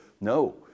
No